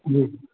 જી